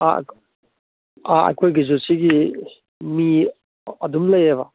ꯑꯩꯈꯣꯏꯒꯤꯁꯨ ꯁꯤꯒꯤ ꯃꯤ ꯑꯗꯨꯝ ꯂꯩꯌꯦꯕ